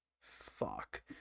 Fuck